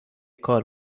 کار